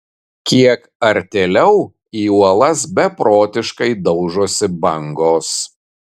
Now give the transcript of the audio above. kiek artėliau į uolas beprotiškai daužosi bangos